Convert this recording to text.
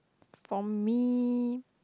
from me